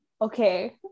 Okay